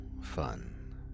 fun